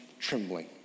trembling